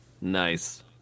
Nice